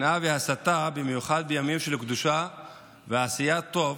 שנאה והסתה, במיוחד בימים של קדושה ועשיית טוב,